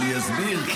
אני אסביר.